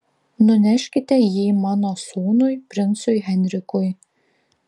nuneškite jį mano sūnui princui henrikui